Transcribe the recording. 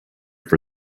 for